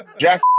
Jack